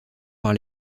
par